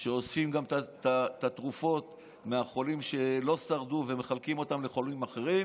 שאוספים גם את התרופות מהחולים שלא שרדו ומחלקים אותן לחולים אחרים.